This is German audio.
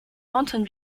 mountain